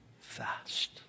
fast